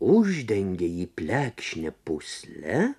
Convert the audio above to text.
uždengė jį plekšnę pūsle